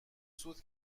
سود